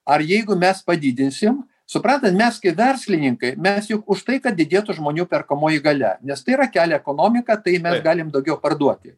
ar jeigu mes padidinsim suprantat mes gi verslininkai mes juk už tai kad didėtų žmonių perkamoji galia nes kelia ekonomiką tai mes galim daugiau parduoti